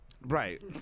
Right